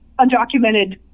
undocumented